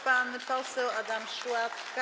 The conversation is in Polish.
Pan poseł Adam Szłapka.